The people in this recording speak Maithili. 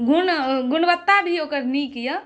गुण गुणवत्ता भी ओकर नीक अछि